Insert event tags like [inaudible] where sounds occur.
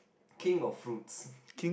king of fruits [breath]